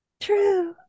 true